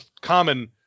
common